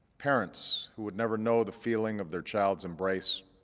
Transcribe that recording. parents who would never know the feeling of their child's embrace.